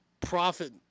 profit